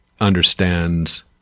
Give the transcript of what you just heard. understands